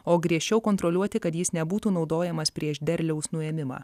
o griežčiau kontroliuoti kad jis nebūtų naudojamas prieš derliaus nuėmimą